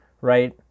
right